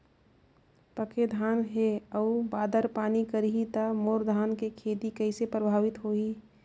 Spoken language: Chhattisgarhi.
पके धान हे अउ बादर पानी करही त मोर धान के खेती कइसे प्रभावित होही?